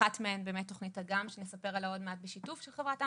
אחת מהן באמת היא "תוכנית אגם" בשיתוף של חברת אמדוקס,